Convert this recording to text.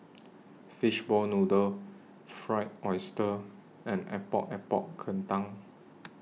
Fishball Noodle Fried Oyster and Epok Epok Kentang